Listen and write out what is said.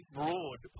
broad